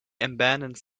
abandons